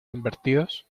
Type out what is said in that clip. invertidos